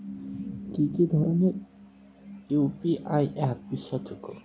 কি কি ধরনের ইউ.পি.আই অ্যাপ বিশ্বাসযোগ্য?